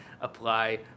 apply